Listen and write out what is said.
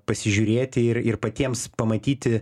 pasižiūrėti ir ir patiems pamatyti